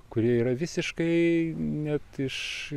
kurie yra visiškai net iš